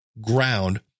ground